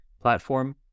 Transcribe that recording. platform